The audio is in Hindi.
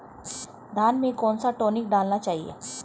धान में कौन सा टॉनिक डालना चाहिए?